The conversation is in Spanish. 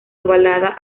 ovalada